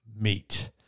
meat